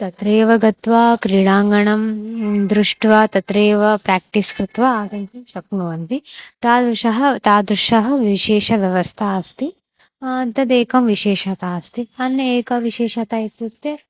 तत्रैव गत्वा क्रीडाङ्गणं दृष्ट्वा तत्रैव प्रेक्टिस् कृत्वा आगन्तुं शक्नुवन्ति तादृशः तादृशः विशेषव्यवस्था अस्ति तदेकं विशेषता अस्ति अन्या एका विशेषता इत्युक्ते